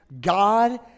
God